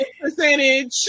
percentage